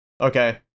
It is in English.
okay